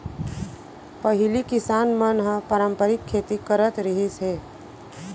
पहिली किसान मन ह पारंपरिक खेती करत रिहिस हे